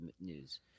news